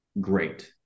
Great